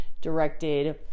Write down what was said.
directed